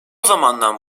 zamandan